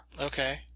Okay